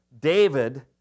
David